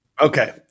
Okay